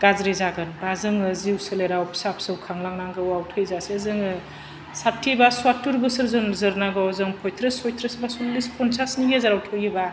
गाज्रि जागोन बा जोङो जिउ सोलेराव फिसा फिसौ खांलांनांगौआव थैजासे जोङो साथि बा सुवाथुर बोसोर जों जोरनांगौ जों फयथ्रिस सयथ्रिस बा सरलिस फनसासनि गेजेराव थैयोबा